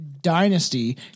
dynasty